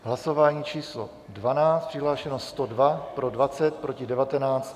V hlasování číslo 12 přihlášeno 102, pro 20, proti 19.